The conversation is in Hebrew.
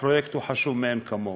הפרויקט חשוב מאין כמוהו,